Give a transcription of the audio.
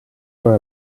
for